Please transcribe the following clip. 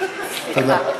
תודה.